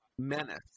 Menace